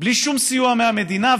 בלי שום סיוע מהמדינה.